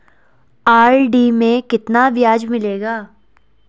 RD में कितना ब्याज मिलेगा?